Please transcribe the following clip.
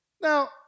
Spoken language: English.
Now